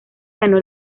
ganó